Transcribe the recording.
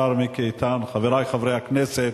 אדוני היושב-ראש, השר מיקי איתן, חברי חברי הכנסת,